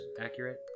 accurate